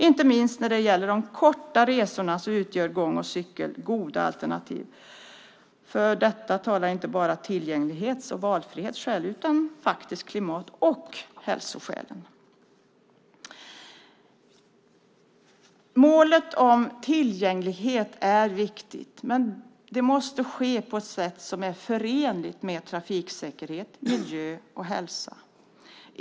Inte minst när det gäller de korta resorna är gång och cykel goda alternativ. För detta talar inte bara tillgänglighets och valfrihetsskäl utan även klimat och hälsoskäl. Målet om tillgänglighet är viktigt, men det måste ske på ett sätt som är förenligt med trafiksäkerhet, miljö och hälsa.